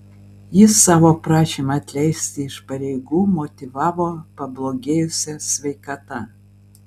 jis savo prašymą atleisti iš pareigų motyvavo pablogėjusia sveikata